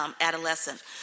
adolescent